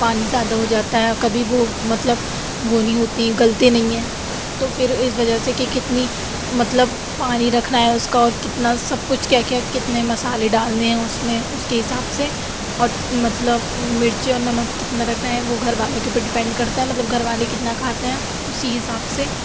پانی زیادہ ہو جاتا ہے کبھی وہ مطلب وہ نہیں ہوتے ہیں گلتے نہیں ہیں تو پھر اس وجہ سے کہ کتنی مطلب پانی رکھنا ہے اس کا اور کتنا سب کچھ کیا کیا کتنے مسالے ڈالنے ہیں اس میں اس کے حساب سے اور مطلب مرچی اور نمک کتنا رکھنا ہے وہ گھر والوں کے اوپر ڈپنڈ کرتا ہے مطلب گھر والے کتنا کھاتے ہیں اسی حساب سے